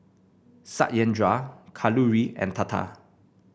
Satyendra Kalluri and Tata